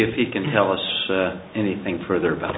if he can tell us anything further about